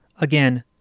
Again